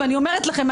ואני אומרת לכם,